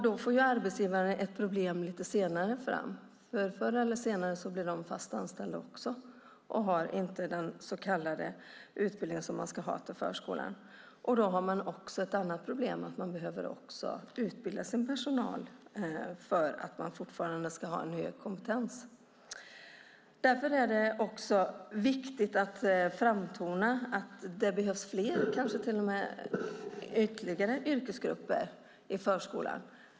Då får arbetsgivarna ett problem lite längre fram, för förr eller senare blir de fast anställda och har inte den utbildning man ska ha för förskolan, och då behöver personalen utbildning för att fortfarande ha en hög kompetens. Därför är det också viktigt att betona att det behövs ytterligare grupper i förskolan.